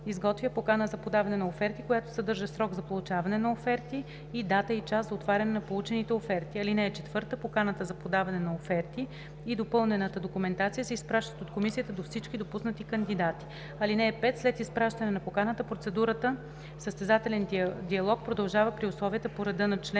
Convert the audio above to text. изготвя покана за подаване на оферти, която съдържа срок за получаване на оферти и дата и час за отваряне на получените оферти. (4) Поканата за подаване на оферти и допълнената документация се изпращат от комисията до всички допуснати кандидати. (5) След изпращане на поканата процедурата състезателен диалог продължава при условията и по реда на чл.